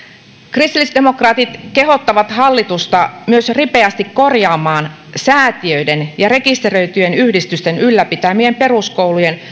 kristillisdemokraatit kehottavat hallitusta myös ripeästi korjaamaan säätiöiden ja rekisteröityjen yhdistysten ylläpitämien peruskoulujen